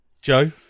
Joe